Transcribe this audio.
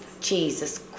Jesus